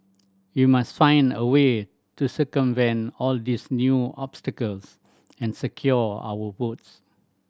we must find a way to circumvent all these new obstacles and secure our votes